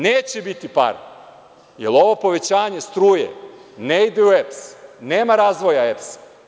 Neće biti para, jer ovo povećanje struje ne ide u EPS, nema razvoja EPS.